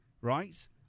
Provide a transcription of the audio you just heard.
right